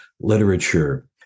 literature